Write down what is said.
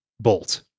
bolt